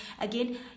Again